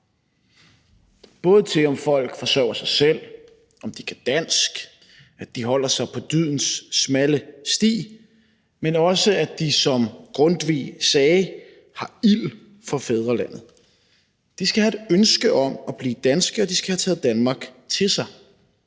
både til at folk forsørger sig selv, at de kan dansk, at de holder sig på dydens smalle sti, men også at de, som Grundtvig sagde, har ild for fædrelandet. De skal have et ønske om at blive danske, og de skal have taget Danmark til sig.